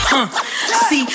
See